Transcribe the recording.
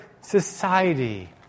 society